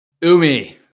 Umi